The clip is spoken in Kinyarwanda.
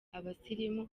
abasirimu